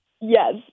Yes